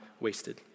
wasted